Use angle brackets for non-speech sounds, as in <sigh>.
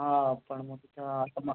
हां पण मग <unintelligible>